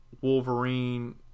Wolverine